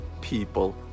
people